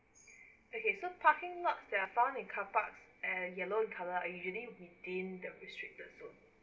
okay so parking lot there are found in car park and yellow in colour are usually within the restricted zone